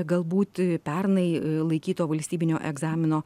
galbūt pernai laikyto valstybinio egzamino